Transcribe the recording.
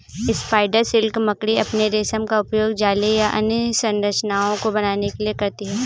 spider silk मकड़ी अपने रेशम का उपयोग जाले या अन्य संरचनाओं को बनाने के लिए करती हैं